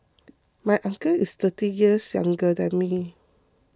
my uncle is thirty years younger than me